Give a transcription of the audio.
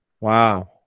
Wow